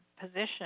position